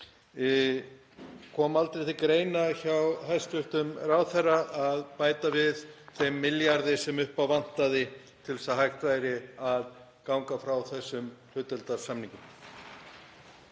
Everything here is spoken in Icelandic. Kom aldrei til greina hjá hæstv. ráðherra að bæta við þeim milljarði sem upp á vantaði til að hægt væri að ganga frá þessum hlutdeildarsamningum?